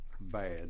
bad